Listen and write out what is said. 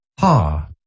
Ha